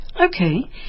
Okay